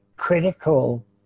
critical